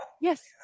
yes